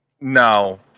No